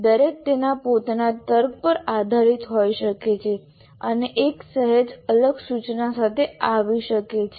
દરેક તેના પોતાના તર્ક પર આધારિત હોઈ શકે છે અને એક સહેજ અલગ સૂચના સાથે આવી શકે છે